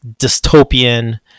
dystopian